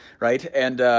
right? and